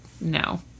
No